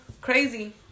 Crazy